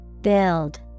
Build